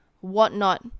whatnot